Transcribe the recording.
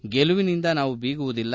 ಗೆಲುವಿನಿಂದ ನಾವು ಬೀಗುವುದಿಲ್ಲ